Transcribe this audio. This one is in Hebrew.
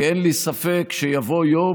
כי אין לי ספק שיבוא יום,